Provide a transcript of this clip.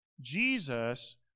Jesus